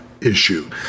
issue